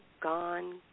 gone